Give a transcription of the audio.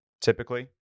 typically